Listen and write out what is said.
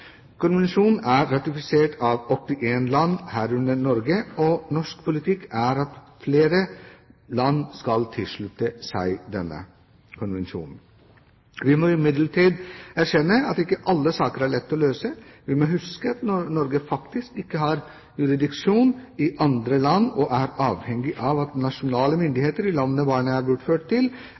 Konvensjonen er ratifisert av 81 land, herunder Norge, og norsk politikk er at flere land skal tilslutte seg denne konvensjonen. Vi må imidlertid erkjenne at ikke alle saker er lette å løse. Vi må huske at Norge faktisk ikke har jurisdiksjon i andre land og er avhengig av at nasjonale myndigheter i landet barnet er bortført til,